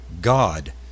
God